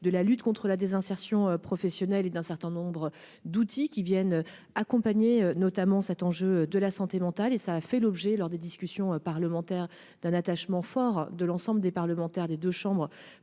de la lutte contre la désinsertion professionnelle et d'un certain nombre d'outils qui viennent, accompagné notamment cet enjeu de la santé mentale et ça a fait l'objet lors des discussions parlementaires d'un attachement fort de l'ensemble des parlementaires des 2 chambres